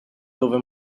dove